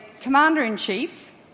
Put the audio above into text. commander-in-chief